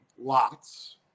lots